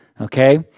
Okay